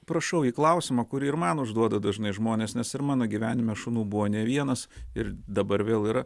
prašau į klausimą kurį ir man užduoda dažnai žmonės nes ir mano gyvenime šunų buvo ne vienas ir dabar vėl yra